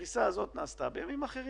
הפריסה הזו נעשתה בימים אחרים,